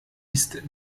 ist